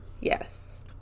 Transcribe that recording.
Yes